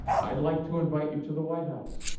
i'd like to invite you to the white house.